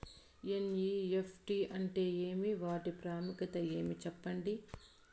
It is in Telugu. ఎన్.ఇ.ఎఫ్.టి అంటే ఏమి వాటి ప్రాముఖ్యత ఏమి? సెప్పండి?